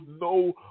no